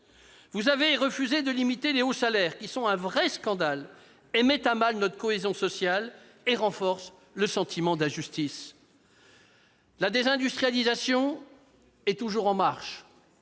Vous avez refusé de limiter les hauts salaires, qui sont un vrai scandale, mettent à mal notre cohésion sociale et renforcent le sentiment d'injustice. La désindustrialisation est toujours en marche,